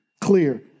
clear